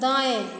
दाएँ